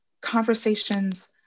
conversations